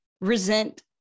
resent